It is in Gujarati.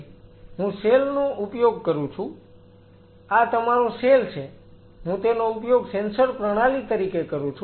તેથી હું સેલ નો ઉપયોગ કરું છું આ તમારો સેલ છે હું તેનો ઉપયોગ સેન્સર પ્રણાલી તરીકે કરું છું